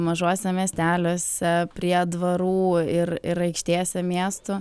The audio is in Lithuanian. mažuose miesteliuose prie dvarų ir ir aikštėse miestų